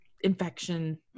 infection